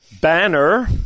Banner